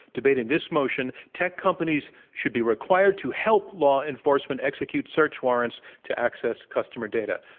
debating this motion tech companies should be required to help law enforcement execute search warrants to access customer data.